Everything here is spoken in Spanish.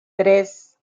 tres